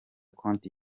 konti